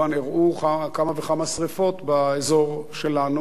אירעו כמה וכמה שרפות באזור שלנו,